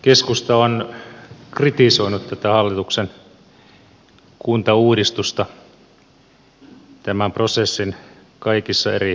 keskusta on kritisoinut tätä hallituksen kuntauudistusta tämän prosessin kaikissa eri vaiheissa